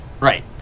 right